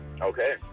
Okay